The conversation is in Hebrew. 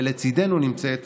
ולצידנו נמצאת